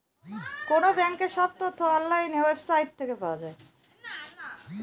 কোনো ব্যাঙ্কের সব তথ্য অনলাইন ওয়েবসাইট থেকে পাওয়া যায়